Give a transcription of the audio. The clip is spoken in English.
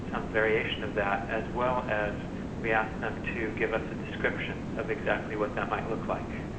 some variation of that, as well as we asked them to give us a description of exactly what that might look like.